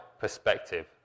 perspective